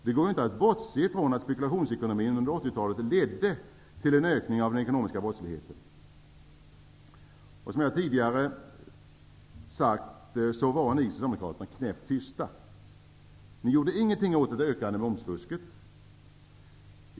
Det går inte att bortse ifrån att spekulationsekonomin under 1980-talet ledde till en ökning av den ekonomiska brottsligheten. Som jag sade tidigare var ni socialdemokrater då knäpp tysta. Ni gjorde ingenting åt det ökande momsfusket.